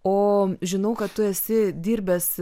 o žinau kad tu esi dirbęs